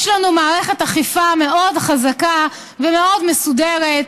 יש לנו מערכת אכיפה מאוד חזקה ומאוד מסודרת,